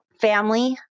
family